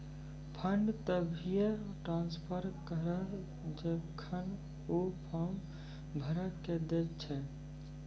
fund तभिये transfer करऽ जेखन ऊ फॉर्म भरऽ के दै छै